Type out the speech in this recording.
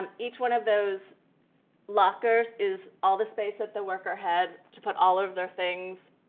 um each one of those lockers is all the space that the worker had to put all of their things